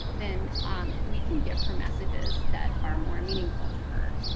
then um we can give her messages that are more meaningful to her.